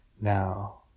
Now